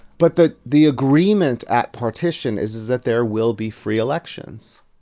but the the agreement at partition is is that there will be free elections,